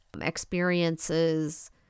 experiences